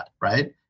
right